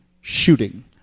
shooting